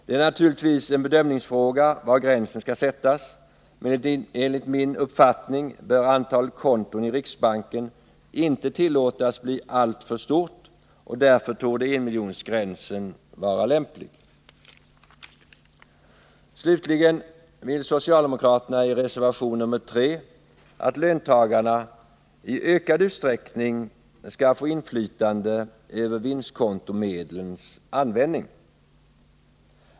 Det är naturligtvis en bedömningsfråga var gränsen skall sättas, men enligt min uppfattning bör antalet konton i riksbanken inte tillåtas bli alltför stort, och därför torde enmiljongränsen vara lämplig. Slutligen vill socialdemokraterna i reservation 3 att löntagarna i ökad utsträckning skall få inflytande över vinstkontomedlens användning.